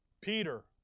Peter